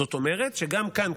זאת אומרת שגם כאן,